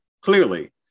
clearly